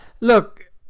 Look